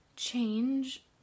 change